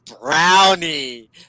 Brownie